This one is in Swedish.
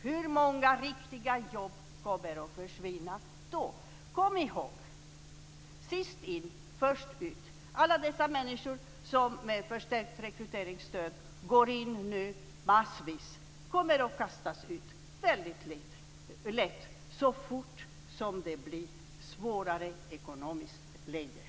Hur många riktiga jobb kommer att försvinna då? Kom ihåg - sist in, först ut. Alla dessa människor som nu genom förstärkt rekryteringsstöd går in, kommer väldigt lätt att kastas ut så fort det blir ett svårare ekonomiskt läge.